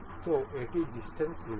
সুতরাং এটি distance limit